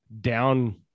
down